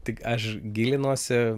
tik aš gilinuosi